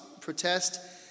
protest